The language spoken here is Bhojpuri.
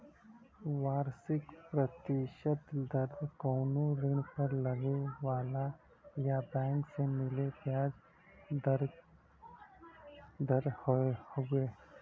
वार्षिक प्रतिशत दर कउनो ऋण पर लगे वाला या बैंक से मिले ब्याज क दर हउवे